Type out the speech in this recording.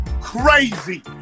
crazy